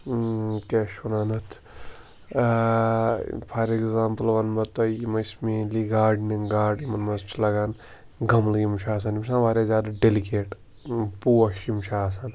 کیٛاہ چھِ وَنان اَتھ فار اٮ۪گزامپٕل وَنہٕ بہٕ تۄہہِ یِم أسۍ مینلی گاڈنِنٛگ گاڈ یِمَن مَنٛز چھِ لَگان گَملہٕ یِم چھِ آسان یِم چھِ آسان واریاہ زیادٕ ڈیٚلِکیٹ پوش یِم چھِ آسان